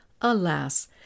Alas